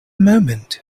moment